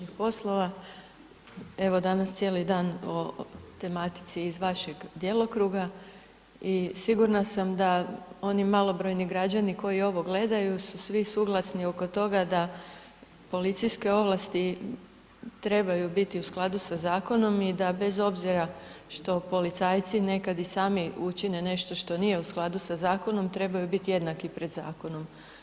Evo danas cijeli dan o tematici iz vašeg djelokruga i sigurna sam da oni malobrojni građani koji ovo gledaju su svi suglasni oko toga da policijske ovlasti trebaju biti u skladu sa zakonom i da bez obzira što policajci nekad i sami učine nešto što nije u skladu sa zakonom, trebaju biti jednaki pred zakonom.